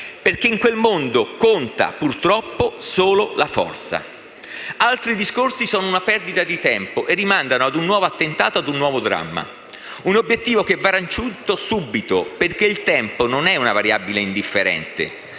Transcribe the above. perché in quel mondo conta, purtroppo, solo la forza. Altri discorsi sono una perdita di tempo e rimandano a un nuovo attentato, a un nuovo dramma. Si tratta di un obiettivo che va raggiunto subito, perché il tempo non è una variabile indifferente,